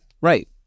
Right